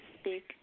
speak